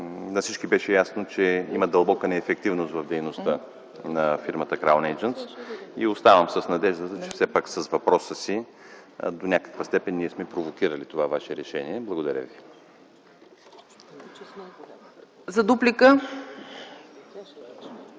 на всички беше ясно, че има дълбока неефективност в дейността на фирмата „Краун Ейджънтс”. Оставам с надеждата, че все пак с въпроса си до някаква степен ние сме провокирали това Ваше решение. Благодаря. ПРЕДСЕДАТЕЛ